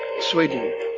Sweden